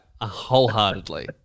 wholeheartedly